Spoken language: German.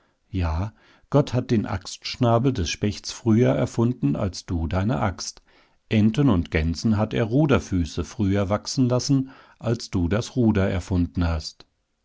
ja gott hat den axtschnabel des spechts früher erfunden als du deine axt enten und gänsen hat er ruderfüße früher wachsen lassen als du das ruder erfunden hast